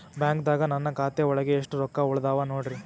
ಬ್ಯಾಂಕ್ದಾಗ ನನ್ ಖಾತೆ ಒಳಗೆ ಎಷ್ಟ್ ರೊಕ್ಕ ಉಳದಾವ ನೋಡ್ರಿ?